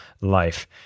life